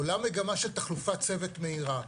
עולה מגמה של תחלופת צוות מהירה.